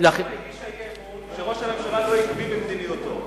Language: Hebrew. קדימה הגישה אי-אמון בטענה שראש הממשלה לא עקבי במדיניותו,